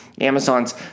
Amazon's